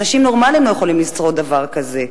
אנשים נורמליים לא יכולים לשרוד דבר כזה.